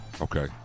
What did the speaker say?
Okay